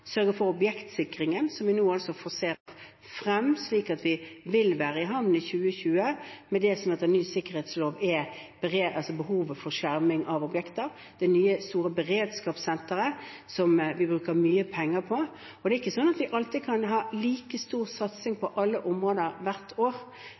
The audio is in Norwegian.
for objektsikringen, som vi nå forserer, slik at vi vil være i havn i 2020 med det som etter ny sikkerhetslov gjelder behovet for skjerming av objekter, og med det nye beredskapssenteret, som vi bruker mye penger på. Vi kan ikke alltid ha like stor satsing